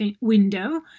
window